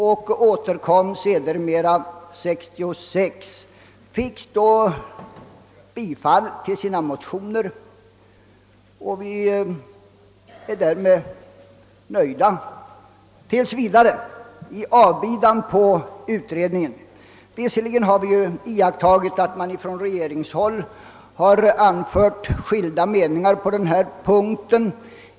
Vi återkom sedermera år 1966 och fick då bifall till våra motioner. Vi är därmed tills vidare nöjda i avbidan på resultatet av den arbetande utredningen. Vi har dock iakttagit att man på regeringshåll har anfört skilda meningar på denna punkt.